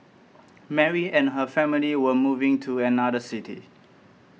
Mary and her family were moving to another city